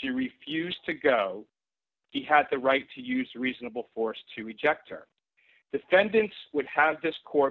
she refused to go he had the right to use reasonable force to reject her defendants would have t